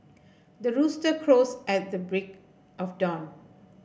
the rooster crows at the break of dawn